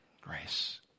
grace